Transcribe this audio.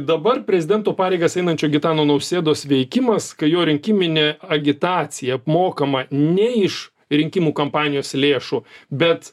dabar prezidento pareigas einančio gitano nausėdos veikimas kai jo rinkiminė agitacija apmokama ne iš rinkimų kampanijos lėšų bet